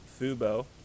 Fubo